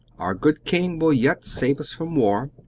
our good king will yet save us from war.